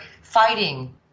fighting